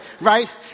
right